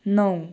नौ